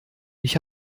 ich